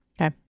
Okay